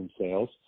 sales